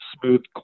smooth